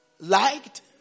Liked